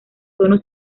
tono